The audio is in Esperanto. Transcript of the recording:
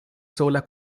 sola